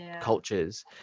cultures